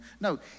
No